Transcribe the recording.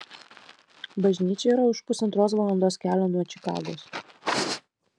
bažnyčia yra už pusantros valandos kelio nuo čikagos